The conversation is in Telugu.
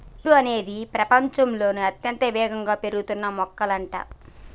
వెదురు అనేది ప్రపచంలోనే అత్యంత వేగంగా పెరుగుతున్న మొక్కలంట